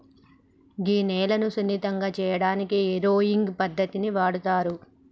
గీ నేలను సున్నితంగా సేయటానికి ఏరోయింగ్ పద్దతిని వాడుతారు